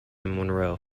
monroe